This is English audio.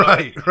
Right